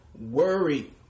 worry